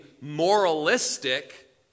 moralistic